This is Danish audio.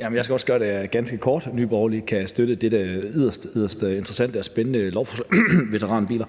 Jeg skal også gøre det ganske kort. Nye Borgerlige kan støtte dette yderst interessante og spændende lovforslag.